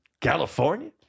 California